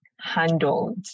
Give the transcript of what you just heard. handled